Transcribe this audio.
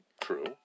true